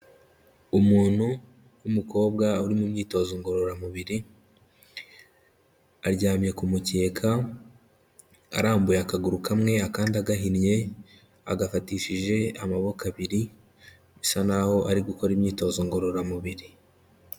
Umuntu w'umukobwa uri mu myitozo ngororamubiri, aryamye ku mukeka, arambuye akaguru kamwe, akandi agahinnye, agafatishije amaboko abiri, bisa naho ari gukora imyitozo ngororamubiri.